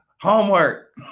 homework